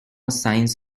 signs